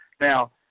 Now